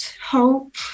hope